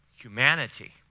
humanity